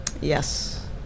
yes